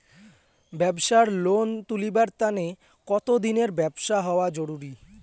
ব্যাবসার লোন তুলিবার তানে কতদিনের ব্যবসা হওয়া জরুরি?